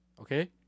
Okay